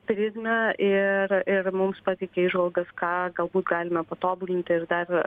prizmę ir ir mums pateikia įžvalgas ką galbūt galimę patobulinti ir dar